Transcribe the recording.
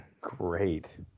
great